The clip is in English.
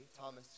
Thomas